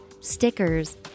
stickers